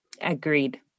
Agreed